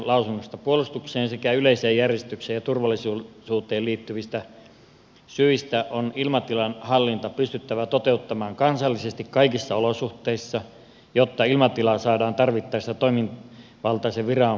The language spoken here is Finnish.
puolustukseen sekä yleiseen järjestykseen ja turvallisuuteen liittyvistä syistä on ilmatilan hallinta pystyttävä toteuttamaan kansallisesti kaikissa olosuhteissa jotta ilmatila saadaan tarvittaessa toimivaltaisten viranomaisten käyttöön